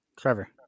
Trevor